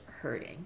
hurting